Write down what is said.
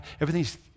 everything's